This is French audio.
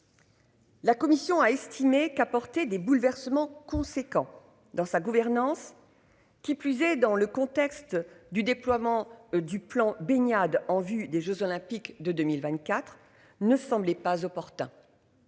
La commission a estimé qu'apporter des bouleversements conséquent dans sa gouvernance. Qui plus est, dans le contexte du déploiement du plan baignade en vue des Jeux olympiques de 2024, ne semblait pas opportun.